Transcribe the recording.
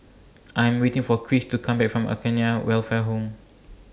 I Am waiting For Cris to Come Back from Acacia Welfare Home